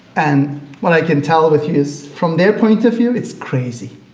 and what i can tell with you is from their point of view it's crazy,